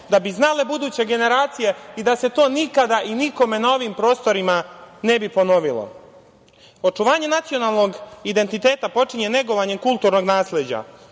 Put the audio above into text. da bi znale buduće generacije i da se to nikada i nikom na ovim prostorima ne bi ponovilo. Očuvanje nacionalnog identiteta počinje negovanjem kulturnog nasleđa,